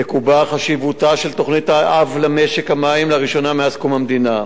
תיקבע חשיבותה של תוכנית-האב למשק המים לראשונה מאז קום המדינה,